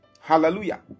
Hallelujah